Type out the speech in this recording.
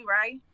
right